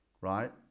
Right